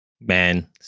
man